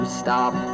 stop